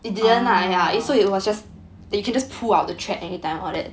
oh